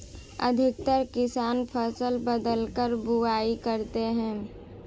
अधिकतर किसान फसल बदलकर बुवाई करते है